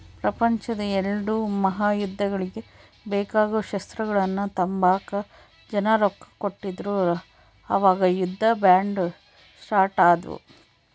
ಪ್ರಪಂಚುದ್ ಎಲ್ಡೂ ಮಹಾಯುದ್ದಗುಳ್ಗೆ ಬೇಕಾಗೋ ಶಸ್ತ್ರಗಳ್ನ ತಾಂಬಕ ಜನ ರೊಕ್ಕ ಕೊಡ್ತಿದ್ರು ಅವಾಗ ಯುದ್ಧ ಬಾಂಡ್ ಸ್ಟಾರ್ಟ್ ಆದ್ವು